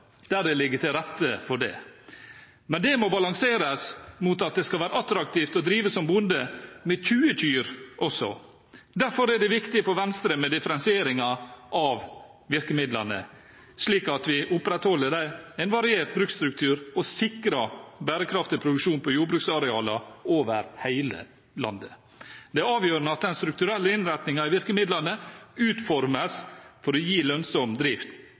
der det ligger til rette for det, men det må balanseres mot at det skal være attraktivt å drive som bonde med 20 kyr også. Derfor er det viktig for Venstre med differensiering av virkemidlene, slik at vi opprettholder en variert bruksstruktur og sikrer bærekraftig produksjon på jordbruksarealer over hele landet. Det er avgjørende at den strukturelle innretningen i virkemidlene utformes for å gi lønnsom drift